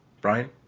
Brian